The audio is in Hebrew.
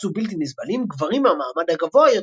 נעשו בלתי נסבלים, "גברים מהמעמד הגבוה יותר"